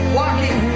walking